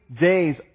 days